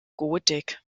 gotik